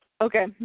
Okay